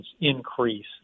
increase